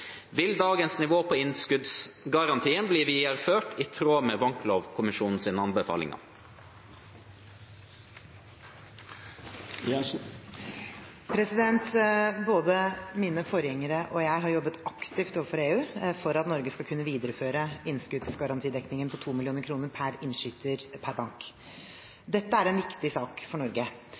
Vil dagens nivå på innskuddsgarantien bli videreført i tråd med Banklovkommisjonens anbefalinger?» Både mine forgjengere og jeg har jobbet aktivt overfor EU for at Norge skal kunne videreføre innskuddsgarantidekningen på 2 mill. kr per innskyter per